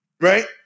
Right